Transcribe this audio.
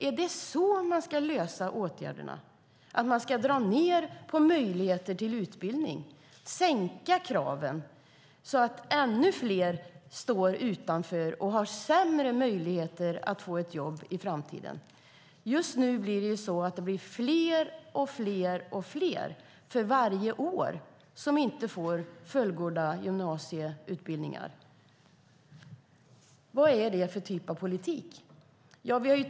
Är lösningen att dra ned på möjligheterna till utbildning och sänka kraven så att ännu fler står utanför och har sämre möjlighet att få ett jobb i framtiden? För varje år är det fler och fler som inte fullgör sin gymnasieutbildning. Vad är det för typ av politik?